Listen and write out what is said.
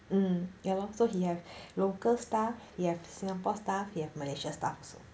mm ya lor so he have local staff he have singapore staff he have malaysia staff also